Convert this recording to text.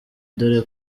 dore